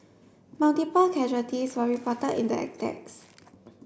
multiple casualties were reported in the attacks